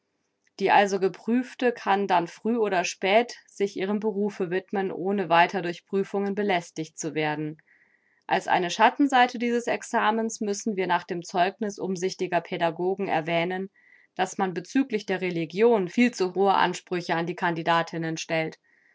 die also geprüfte kann dann früh oder spät sich ihrem berufe widmen ohne weiter durch prüfungen belästigt zu werden als eine schattenseite dieses examens müssen wir nach dem zeugniß umsichtiger pädagogen erwähnen daß man bezüglich der religion viel zu hohe ansprüche an die candidatinnen stellt